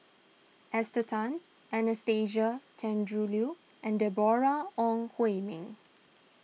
Esther Tan Anastasia Tjendri Liew and Deborah Ong Hui Min